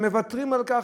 שהם מוותרים על כך,